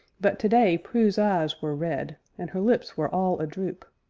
but today prue's eyes were red, and her lips were all a-droop,